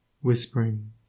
whispering